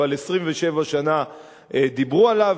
אבל 27 שנה דיברו עליו,